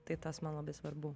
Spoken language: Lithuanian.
tai tas man labai svarbu